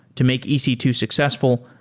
to make e c two successful,